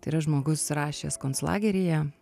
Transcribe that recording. tai yra žmogus rašęs konclageryje